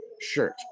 shirt